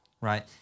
right